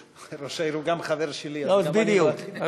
ראש העיר הוא גם חבר שלי, אז, בדיוק.